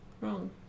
wrong